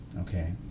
okay